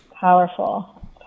powerful